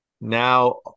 now